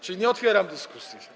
Czyli nie otwieram dyskusji.